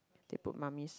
they put mummy's